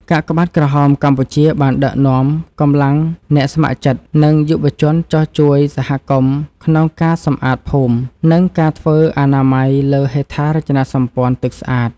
កាកបាទក្រហមកម្ពុជាបានដឹកនាំកម្លាំងអ្នកស្ម័គ្រចិត្ត និងយុវជនចុះជួយសហគមន៍ក្នុងការសម្អាតភូមិ និងការធ្វើអនាម័យលើហេដ្ឋារចនាសម្ព័ន្ធទឹកស្អាត។